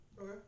Okay